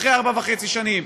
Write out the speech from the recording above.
אחרי ארבע וחצי שנים,